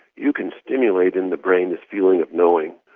you can stimulate in the brain this feeling of knowing,